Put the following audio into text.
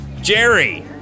Jerry